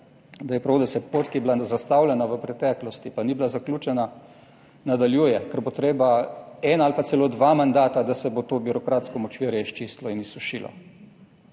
da je prav, da se pot, ki je bila zastavljena v preteklosti, pa ni bila zaključena, nadaljuje, ker bo treba en ali pa celo dva mandata, da se bo to birokratsko močvirje izčistilo in izsušilo,